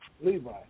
Levi